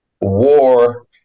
war